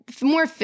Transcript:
more